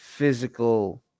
Physical